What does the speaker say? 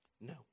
No